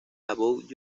about